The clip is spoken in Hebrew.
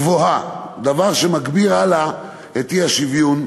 גבוהה, דבר שמגביר את האי-שוויון.